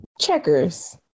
Checkers